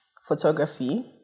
photography